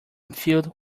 filled